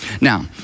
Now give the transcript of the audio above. Now